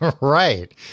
Right